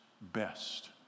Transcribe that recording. best